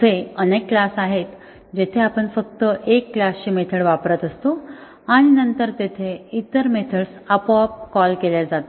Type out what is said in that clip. असे अनेक क्लास आहेत जेथे आपण फक्त एका क्लास ची मेथड वापरत असतो आणि नंतर तेथे इतर मेथड्स आपोआप कॉल केल्या जातात